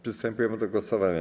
Przystępujemy do głosowania.